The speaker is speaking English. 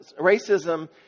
racism